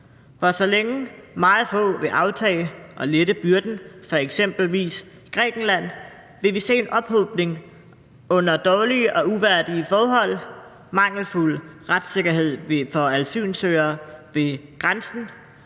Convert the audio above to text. For så længe meget få vil aftage og lette byrden for eksempelvis Grækenland, vil vi se en ophobning under dårlige og uværdige forhold, en mangelfuld retssikkerhed for asylsøgere ved grænsen